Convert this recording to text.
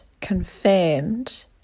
confirmed